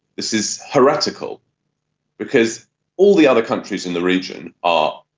this is heretical because all the other countries in the region are,